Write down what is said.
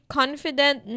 confident